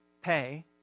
pay